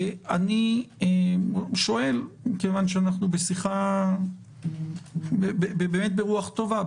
אני שואל מכיוון שאנחנו בשיחה ברוח טובה.